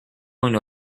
going